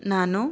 ನಾನು